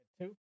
Two